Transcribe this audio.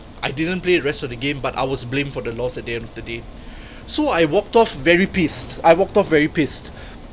I didn't play the rest of the game but I was blamed for the lost at the end of the day so I walked off very pissed I walked off very pissed